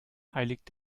heiligt